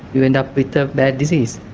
you end up with a bad disease.